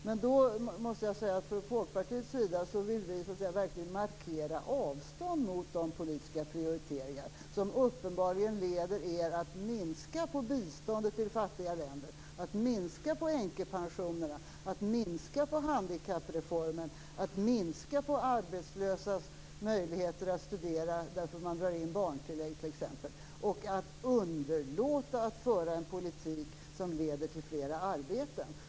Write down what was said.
Men då måste jag säga att vi från Folkpartiets sida verkligen vill markera avstånd till de politiska prioriteringar som uppenbarligen leder er till att minska på biståndet till fattiga länder, att minska på änkepensionerna, att minska på handikappreformen, att minska arbetslösas möjligheter att studera genom att t.ex. dra in barntillägget och att underlåta att föra en politik som leder till fler arbeten.